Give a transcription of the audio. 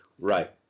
right